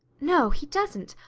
no, he doesn't,